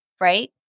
right